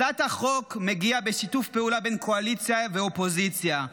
הצעת החוק מגיעה בשיתוף פעולה בין קואליציה ואופוזיציה,